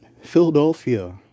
Philadelphia